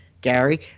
gary